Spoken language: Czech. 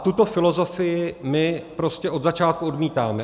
Tuto filozofii my prostě od začátku odmítáme.